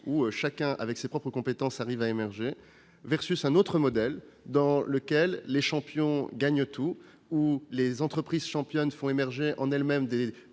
chacun, avec ses propres compétences, parvient à émerger. À cela s'oppose un autre modèle, dans lequel les champions gagnent tout, les entreprises championnes font émerger en elles-mêmes des